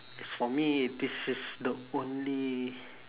as for me this is the only